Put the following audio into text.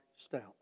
stout